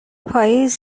پاییز